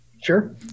Sure